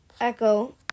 Echo